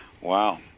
Wow